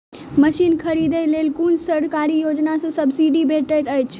Machine खरीदे लेल कुन सरकारी योजना सऽ सब्सिडी भेटैत अछि?